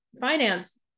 finance